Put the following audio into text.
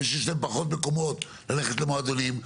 או שיש להם פחות מקומות ללכת למועדונים?